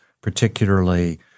particularly